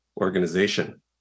organization